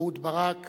אהוד ברק